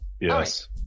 Yes